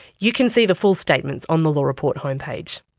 you can see the full statements on the law report homepage.